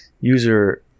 User